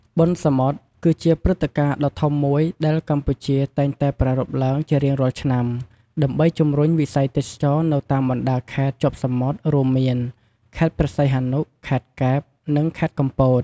បុណ្យសមុទ្រ គឺជាព្រឹត្តិការណ៍ដ៏ធំមួយដែលកម្ពុជាតែងតែប្រារព្ធឡើងជារៀងរាល់ឆ្នាំ ដើម្បីជំរុញវិស័យទេសចរណ៍នៅតាមបណ្ដាខេត្តជាប់សមុទ្រ រួមមាន៖ ខេត្តព្រះសីហនុ ខេត្តកែប និងខេត្តកំពត។